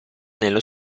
nello